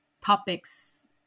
topics